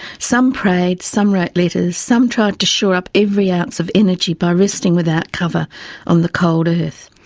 some prayed, some wrote letters, some tried to shore up every ounce of energy by resting without cover on the cold earth.